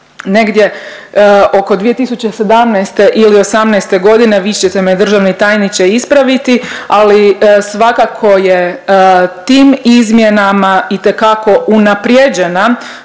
negdje oko 2017. ili '18. g., vi ćete me, državni tajniče ispraviti, ali svakako je tim izmjenama itekako unaprjeđena